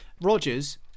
Rodgers